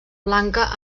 blanca